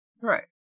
Right